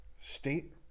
state